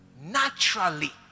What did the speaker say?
naturally